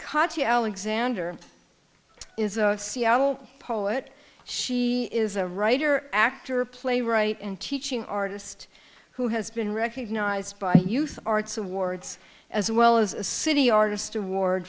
a alexander is a seattle poet she is a writer actor playwright and teaching artist who has been recognized by youth arts awards as well as a city artist award